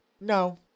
no